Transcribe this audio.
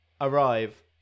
arrive